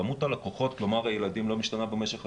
כמות הלקוחות, כלומר הילדים, לא משתנה במשך השנה.